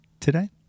Today